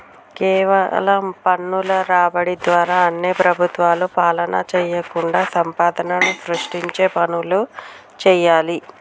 కేవలం పన్నుల రాబడి ద్వారా అన్ని ప్రభుత్వాలు పాలన చేయకుండా సంపదను సృష్టించే పనులు చేయాలి